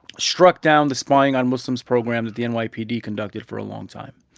struck down the spying on muslims program that the and nypd conducted for a long time.